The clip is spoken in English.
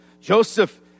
Joseph